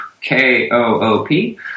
K-O-O-P